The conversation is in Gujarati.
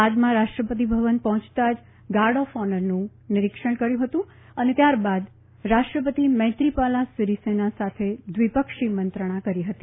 બાદમાં રાષ્ટ્રપતિ ભવન પહોંચતા જ ગાર્ડ ઓફ ઓનરનું નીરીક્ષણ કર્યુ હતું અને બાદમાં રાષ્ટ્રપતિ મૈત્રીપાલા સિરીસેના સાથે દ્વિપક્ષી મંત્રણા કરી હતી